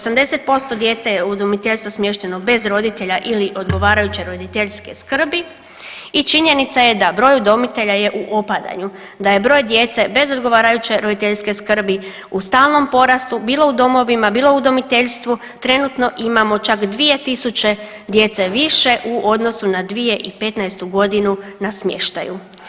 80% djece je u udomiteljstvo smješteno bez roditelja ili odgovarajuće roditeljske skrbi i činjenica je da broj udomitelja je u opadanju, da je broj djece bez odgovarajuće roditeljske skrbi u stalnom porastu bilo u domovima, u udomiteljstvu trenutno imamo čak dvije tisuće djece više u odnosu na 2015. godinu na smještaju.